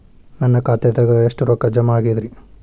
ನನ್ನ ಖಾತೆದಾಗ ಎಷ್ಟ ರೊಕ್ಕಾ ಜಮಾ ಆಗೇದ್ರಿ?